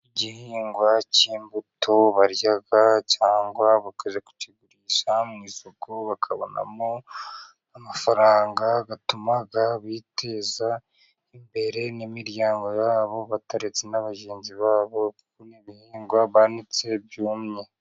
Igihingwa cy'imbuto barya cyangwa bakajya kukigurisha mu isoko bakabonamo amafaranga atuma biteza imbere n'imiryango yabo bataretse na bagenzi babo. Ni ibihingwa banitse byumye.